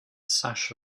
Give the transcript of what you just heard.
sash